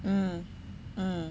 mm mm